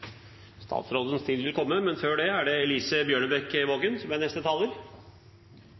Statsrådens tid vil komme, men før det er det representanten Elise Bjørnebekk-Waagen som er neste taler.